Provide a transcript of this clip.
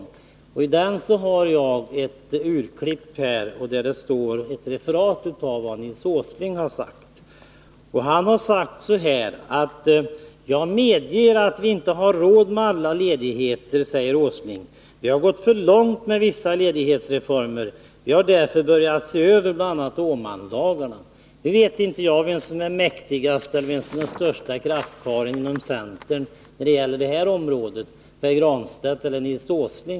Jag har här ett urklipp från denna tidning där det står ett referat av vad Nils Åsling har sagt. Jag vill återge följande citat: ”- Jag medger att vi inte har råd med alla ledigheter, säger Åsling. Vi har gått för långt med vissa ledighetsreformer. Vi har därför börjat se över bl a Åman-lagarna.” Jag vet inte om det är Pär Granstedt eller Nils Åsling som inom centern är den mäktigaste, den störste kraftkarlen på detta område.